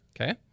Okay